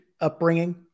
upbringing